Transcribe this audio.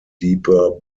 deeper